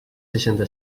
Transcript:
seixanta